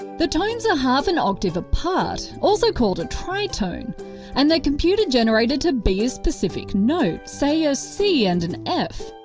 the tones are half an octave apart also called a tritone and they're computer generated to be a specific note, say a c and an f.